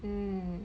mm